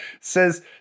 says